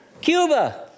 Cuba